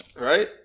Right